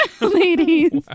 ladies